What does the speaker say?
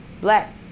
black